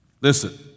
Listen